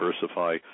diversify